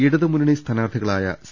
ഇടതു മുന്നണി സ്ഥാനാർഥി കളായ സി